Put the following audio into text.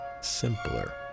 simpler